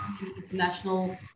international